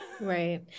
right